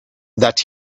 that